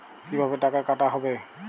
কিভাবে টাকা কাটা হবে?